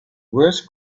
worst